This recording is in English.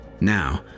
Now